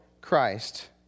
Christ